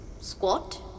Squat